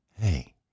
hey